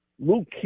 Luke